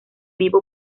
vivo